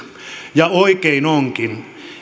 ja oikein onkin